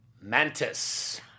Mantis